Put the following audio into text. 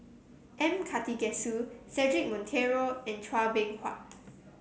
M Karthigesu Cedric Monteiro and Chua Beng Huat